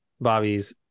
bobby's